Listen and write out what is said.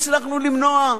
והצלחנו למנוע,